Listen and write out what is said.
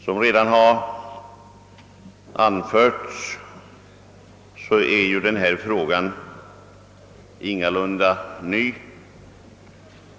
Som redan anförts är denna fråga ingalunda ny.